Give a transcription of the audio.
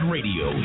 Radio